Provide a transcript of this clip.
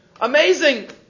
Amazing